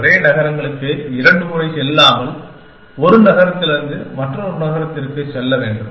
ஒரே நகரங்களுக்கு இரண்டு முறை செல்லாமல் ஒரு நகரத்திலிருந்து மற்றொரு நகரத்திற்கு செல்ல வேண்டும்